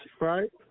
right